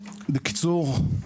בקיצור,